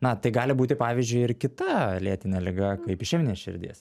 na tai gali būti pavyzdžiui ir kita lėtinė liga kaip išeminė širdies